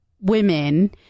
women